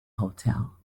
hotel